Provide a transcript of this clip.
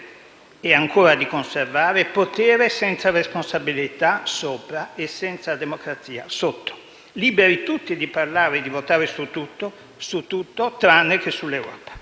e ancora di conservare - potere senza responsabilità sopra, e senza democrazia sotto: liberi tutti di parlare e di votare su tutto, su tutto, tranne che sull'Europa!